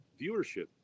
viewership